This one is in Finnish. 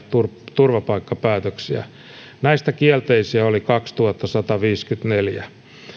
turvapaikkapäätöstä näistä kielteisiä oli kaksituhattasataviisikymmentäneljä